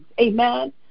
Amen